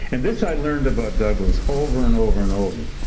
and this i learned about douglass over and over and over,